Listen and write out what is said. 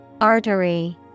Artery